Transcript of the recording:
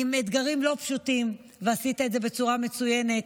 עם אתגרים לא פשוטים, ועשית את זה בצורה מצוינת.